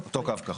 אותו קו כחול.